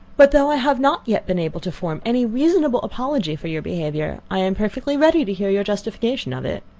but though i have not yet been able to form any reasonable apology for your behaviour, i am perfectly ready to hear your justification of it.